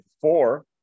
four